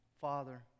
Father